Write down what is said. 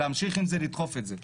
להמשיך לדחוף את זה.